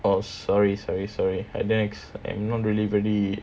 orh sorry sorry sorry I didn't ex I'm not really very